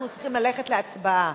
אנחנו צריכים ללכת להצבעה,